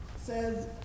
Says